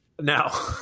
Now